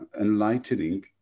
enlightening